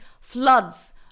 floods